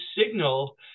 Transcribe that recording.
signal